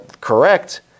correct